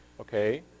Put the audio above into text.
okay